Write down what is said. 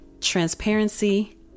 transparency